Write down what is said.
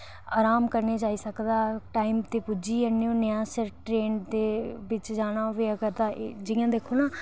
आराम करने गी जाई सकदा टाईम दे पुज्जी सकने आं ट्रेन बिच जाना होऐ ते दिक्खो ना